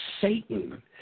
Satan